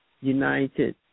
united